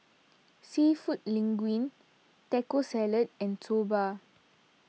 Seafood Linguine Taco Salad and Soba